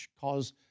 cause